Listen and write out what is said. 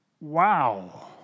Wow